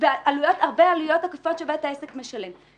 ויש הרבה עלויות עקיפות שבית העסק משלם.